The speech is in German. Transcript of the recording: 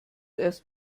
erst